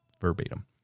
verbatim